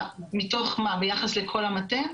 ביחס לכל המטה?